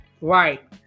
Right